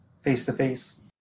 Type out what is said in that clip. face-to-face